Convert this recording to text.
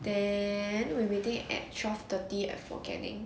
then we waiting at twelve thirty at fort canning